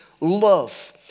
love